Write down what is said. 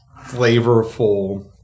flavorful